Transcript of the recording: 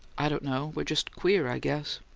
i don't know we're just queer, i guess.